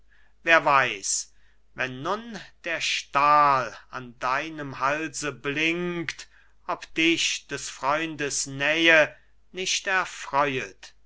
wer weiß wenn nun der stahl an deinem halse blinkt ob dich des freundes nähe nicht erfreuet